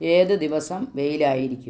ഏത് ദിവസം വെയിലായിരിക്കും